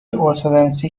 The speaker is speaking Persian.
ارتدنسی